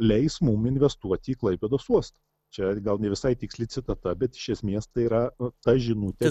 leis mum investuoti į klaipėdos uostą čia gal ne visai tiksli citata bet iš esmės tai yra ta žinutė